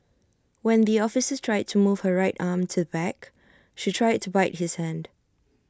when the officer tried to move her right arm to the back she tried to bite his hand